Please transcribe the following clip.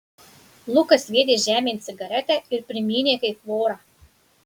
lukas sviedė žemėn cigaretę ir primynė kaip vorą